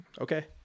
Okay